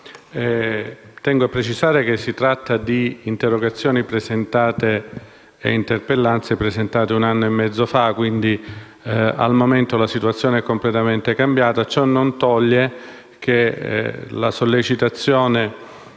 tengo a precisare che si tratta di interrogazione e interpellanza presentate un anno e mezzo fa e che al momento la situazione è completamente cambiata. Ciò non toglie che la sollecitazione